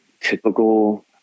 Typical